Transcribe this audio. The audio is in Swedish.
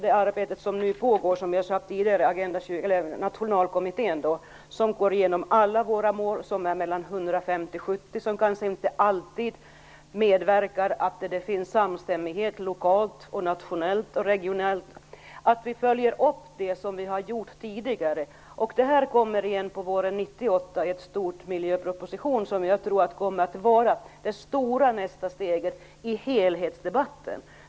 Det arbetet pågår nu i nationalkommittén, som går igenom alla våra mål, 150-170, vilket kanske inte alltid bidrar till att det finns samstämmighet lokalt, nationellt och regionalt. Men det är viktigt att följa upp det vi har gjort tidigare. Detta kommer upp våren 1998 i en stor miljöproposition, som jag tror kommer att vara det stora nästa steget i helhetsdebatten.